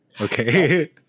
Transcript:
Okay